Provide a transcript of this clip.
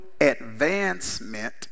advancement